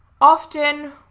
Often